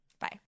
Bye